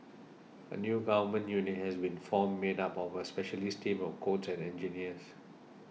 a new Government unit has been formed made up of a specialist team of codes and engineers